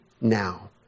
now